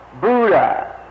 Buddha